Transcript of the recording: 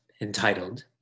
entitled